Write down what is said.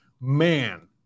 man